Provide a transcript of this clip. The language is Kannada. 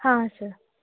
ಹಾಂ ಸರ್